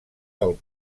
del